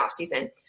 offseason